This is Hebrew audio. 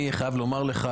אני חייב לומר לך,